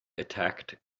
attacked